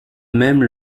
même